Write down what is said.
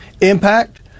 impact